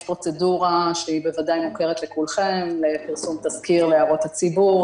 יש פרוצדורה שבוודאי מוכרת לכולכם: פרסום תזכיר להערות הציבור,